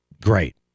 Great